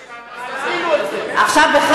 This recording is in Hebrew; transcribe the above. אדרבה,